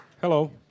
Hello